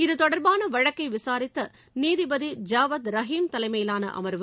இத்தொடர்பான வழக்கை விசாரித்த நீதிபதி ஜவாத் ரஹீம் தலைமையிலாள அமர்வு